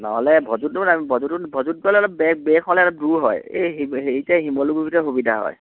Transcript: নহ'লে ভজোতো নামিব ভজোতো ভজোত গ'লে অলপ বে বেক হ'লে অলপ দূৰ হয় এই শি হেৰিতে শিমলুগুৰিতে সুবিধা হয়